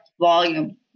volume